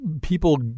people